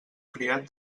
criat